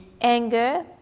anger